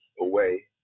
away